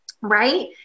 right